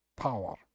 power